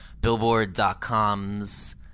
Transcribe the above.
Billboard.coms